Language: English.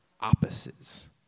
opposites